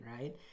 right